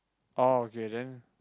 uh okay then